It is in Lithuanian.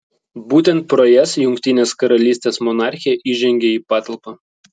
būtent pro jas jungtinės karalystės monarchė įžengia į patalpą